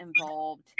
involved